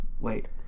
Wait